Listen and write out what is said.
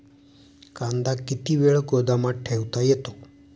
कांदा किती वेळ गोदामात ठेवता येतो?